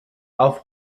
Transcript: auf